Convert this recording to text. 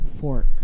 fork